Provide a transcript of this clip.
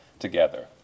together